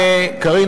קארין,